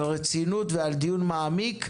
על הרצינות ועל הדיון מעמיק.